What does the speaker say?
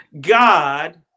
God